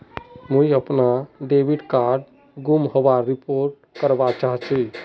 मुई अपना debit card गूम होबार रिपोर्ट करवा चहची